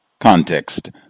Context